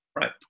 right